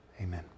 Amen